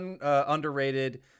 underrated